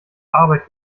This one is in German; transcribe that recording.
arbeit